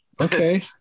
Okay